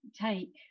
take